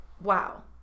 wow